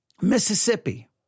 Mississippi